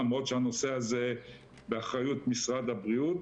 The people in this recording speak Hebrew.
למרות שהנושא הזה באחריות משרד הבריאות,